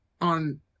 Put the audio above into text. on